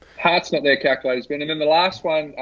hat's has been in in the last one.